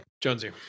Jonesy